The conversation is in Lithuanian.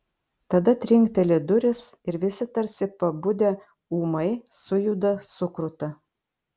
tada trinkteli durys ir visi tarsi pabudę ūmai sujuda sukruta